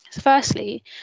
Firstly